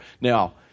Now